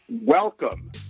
Welcome